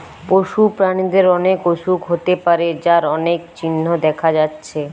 পশু প্রাণীদের অনেক অসুখ হতে পারে যার অনেক চিহ্ন দেখা যাচ্ছে